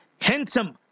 handsome